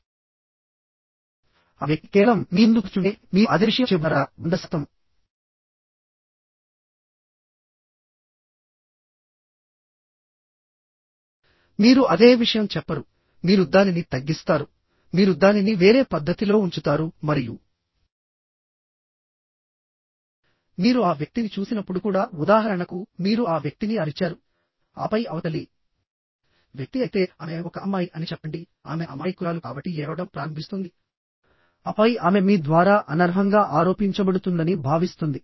ఆ వ్యక్తి కేవలం మీ ముందు కూర్చుంటే మీరు అదే విషయం చెబుతారా 100 శాతం మీరు అదే విషయం చెప్పరు మీరు దానిని తగ్గిస్తారు మీరు దానిని వేరే పద్ధతిలో ఉంచుతారు మరియు మీరు ఆ వ్యక్తిని చూసినప్పుడు కూడా ఉదాహరణకు మీరు ఆ వ్యక్తిని అరిచారు ఆపై అవతలి వ్యక్తి అయితే ఆమె ఒక అమ్మాయి అని చెప్పండి ఆమె అమాయకురాలు కాబట్టి ఏడవడం ప్రారంభిస్తుంది ఆపై ఆమె మీ ద్వారా అనర్హంగా ఆరోపించబడుతుందని భావిస్తుంది